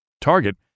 Target